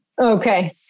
Okay